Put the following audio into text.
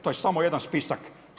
To je samo jedan spisak.